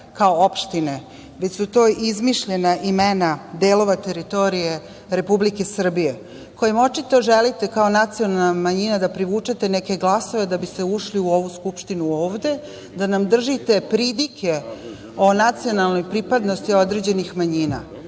kao opštine, već su to izmišljena imena delova teritorije Republike Srbije kojim očito želite, kao nacionalna manjina, da privučete neke glasove da biste ušli u ovu Skupštinu da nam držite pridike o nacionalnoj pripadnosti određenih